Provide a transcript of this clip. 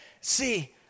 See